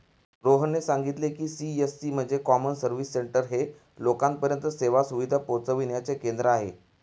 रोहितने सांगितले की, सी.एस.सी म्हणजे कॉमन सर्व्हिस सेंटर हे लोकांपर्यंत सेवा सुविधा पोहचविण्याचे केंद्र आहे